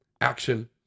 action